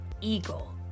Eagle